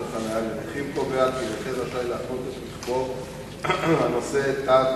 חוק החנייה לנכים קובע כי נכה רשאי להחנות את רכבו הנושא תג